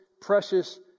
precious